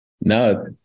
No